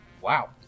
Wow